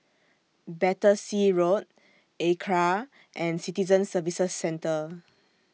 Battersea Road Acra and Citizen Services Centre